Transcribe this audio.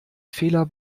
fehler